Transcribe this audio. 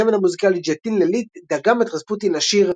הצמד המוזיקלי ג'טין-לליט דגם את "Rasputin" לשיר